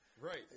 Right